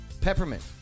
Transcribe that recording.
Peppermint